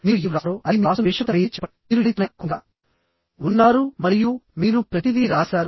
మీరు ఏది వ్రాస్తున్నారో అది మీరు వ్రాస్తున్న ద్వేషపూరిత మెయిల్ అని చెప్పండి మీరు ఎవరితోనైనా కోపంగా ఉన్నారు మరియు మీరు ప్రతిదీ రాశారు